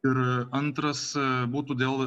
ir antras būtų dėl